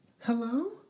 hello